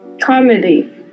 Comedy